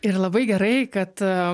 ir labai gerai kad